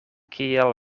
kiel